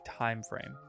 timeframe